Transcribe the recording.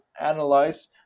analyze